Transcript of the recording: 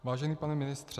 Vážený pane ministře.